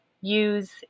use